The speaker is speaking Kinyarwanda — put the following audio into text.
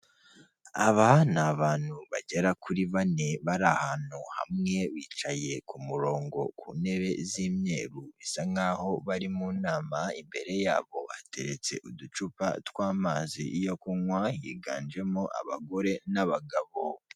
Aba ni abantu bagera kuri bane bari ahantu hamwe, bicaye ku murongo ku ntebe z'imyeru bisa nk'aho bari mu nama, imbere yabo hateretse uducupa tw'amazi yo kunywa, higanjemo abagore n'abagabo.